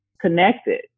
connected